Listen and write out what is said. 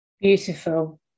Beautiful